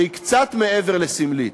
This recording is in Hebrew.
שהיא קצת מעבר לסמלית,